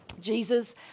Jesus